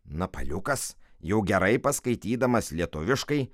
napaliukas jau gerai paskaitydamas lietuviškai